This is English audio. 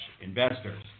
investors